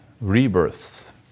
rebirths